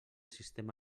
sistema